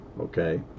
okay